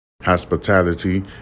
hospitality